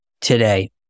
today